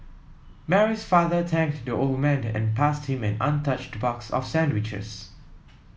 Mary's father thanked the old man and passed him an untouched box of sandwiches